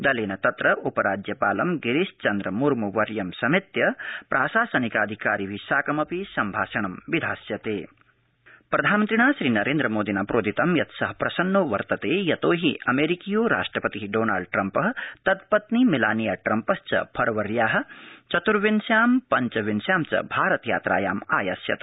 दलत्तित्र उपराज्यपालं गिरीशचन्द्रमुर्मूवर्य समस्त प्राशासनिकाधिकारिभि साकमपि सम्भाषणं विधास्यतत मोदी द्रम्प यात्रा प्रधान मन्त्रिणा श्रीनरद्विमोदिना प्रोदितं यत् स प्रसन्नो वर्ततखितोहि अमध्कियो राष्ट्रपति डोनाल्ड ट्रम्प तत्पत्नी च मिलानिया ट्रम्पश्च फरवर्या चत्र्विश्यां पञ्चविंश्यां च भारत यात्रायाम् आयास्यत